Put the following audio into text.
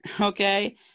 okay